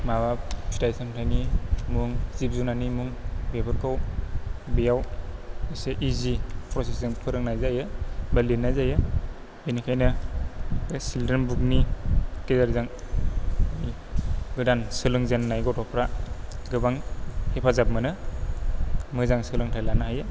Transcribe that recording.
माबा फिथाइ सामथाइनि मुं जिब जुनारनि मुं बेफोरखौ बेयाव एसे इजि प्रसेस जों फोरोंनाय जायो बा लिरनाय जायो बेनिखायनो बे सिलद्रेन बुखनि गेजेरजों गोदान सोलोंजेन्नाय गथ'फ्रा गोबां हेफाजाब मोनो मोजां सोलोंथाइ लानो हायो